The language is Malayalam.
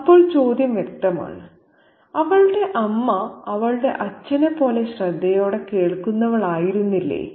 അപ്പോൾ ചോദ്യം വ്യക്തമാണ് അവളുടെ അമ്മ അവളുടെ അച്ഛനെപ്പോലെ ശ്രദ്ധയോടെ കേൾക്കുന്നവളായിരുന്നില്ലേ